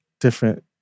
different